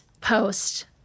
post